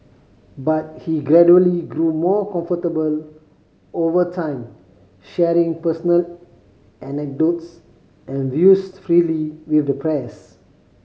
but he gradually grew more comfortable over time sharing personal anecdotes and views freely with the press